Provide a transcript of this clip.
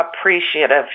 appreciative